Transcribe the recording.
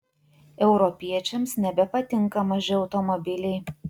europiečiams nebepatinka maži automobiliai